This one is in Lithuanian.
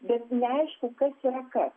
bet naišku kas yra kas